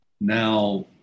now